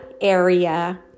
area